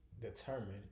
determined